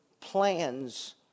plans